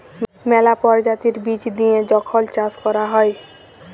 ম্যালা পরজাতির বীজ দিঁয়ে যখল চাষ ক্যরা হ্যয়